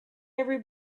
every